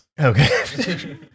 Okay